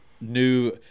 new